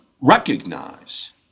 recognize